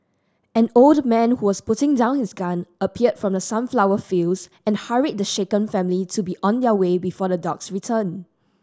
an old man who was putting down his gun appeared from the sunflower fields and hurried the shaken family to be on their way before the dogs return